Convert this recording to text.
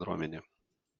bendruomenė